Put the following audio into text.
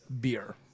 beer